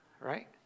Right